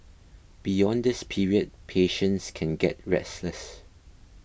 beyond this period patients can get restless